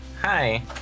Hi